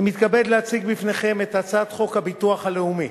אני מתכבד להציג בפניכם את הצעת חוק הביטוח הלאומי